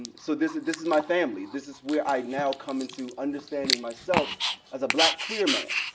so this is this is my family. this is where i now come into understanding myself as a black queer man.